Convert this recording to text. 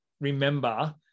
remember